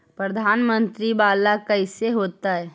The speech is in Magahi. प्रधानमंत्री मंत्री वाला कैसे होता?